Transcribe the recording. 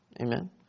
Amen